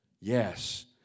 Yes